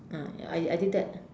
ah I I did that